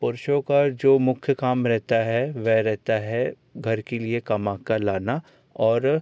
पुरुषों का जो मुख्य काम रहता है वह रहता है घर के लिए कमा कर लाना और